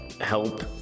help